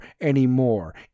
anymore